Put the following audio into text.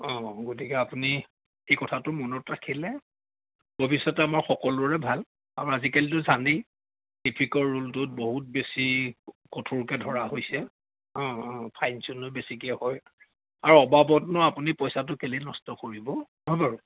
অ গতিকে আপুনি এই কথাটো মনত ৰাখিলে ভৱিষ্যতে আমাৰ সকলোৰে ভাল আৰু আজিকালিতো জানেই ট্ৰেফিকৰ ৰোলটোত বহুত বেছি কঠোৰকৈ ধৰা হৈছে অ অ ফাইন চাইনো বেছিকৈ হয় আৰু অবাবতনো আপুনি পইচাটো কেলেই নষ্ট কৰিব নহয় বাৰু